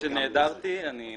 שמת לב שנעדרתי, אני מצטער.